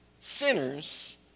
sinners